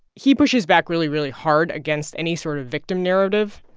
he pushes back really, really hard against any sort of victim narrative,